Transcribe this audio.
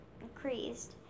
increased